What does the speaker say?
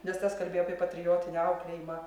nes tas kalbėjo apie patriotinį auklėjimą